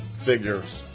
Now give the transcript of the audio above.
figures